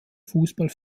fußball